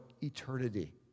eternity